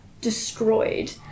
destroyed